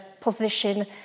position